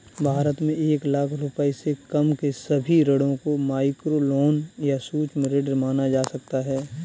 भारत में एक लाख रुपए से कम के सभी ऋणों को माइक्रोलोन या सूक्ष्म ऋण माना जा सकता है